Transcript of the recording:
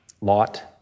Lot